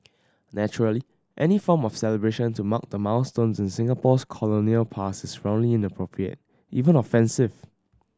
naturally any form of celebration to mark the milestones in Singapore's colonial past is roundly inappropriate even offensive